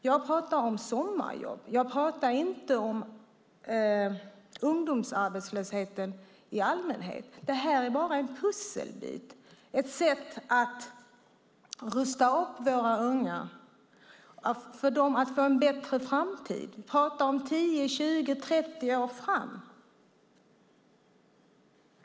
Jag talar om sommarjobb; jag talar inte om ungdomsarbetslösheten i allmänhet. Detta är bara en pusselbit, ett sätt att rusta våra unga för en bättre framtid 10-30 år framåt.